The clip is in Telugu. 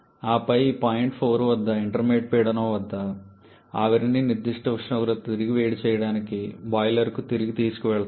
ఆపై ఈ పాయింట్ 4 వద్ద ఈ ఇంటర్మీడియట్ పీడనం వద్ద ఆవిరిని నిర్దిష్ట ఉష్ణోగ్రతకు తిరిగి వేడి చేయడానికి బాయిలర్కు తిరిగి తీసుకువెళతారు